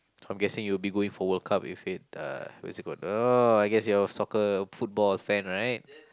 so I'm guessing you will be going for World Cup if it uh what's it called oh I guess you are a soccer football fan right